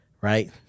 right